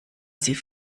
sie